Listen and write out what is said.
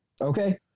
Okay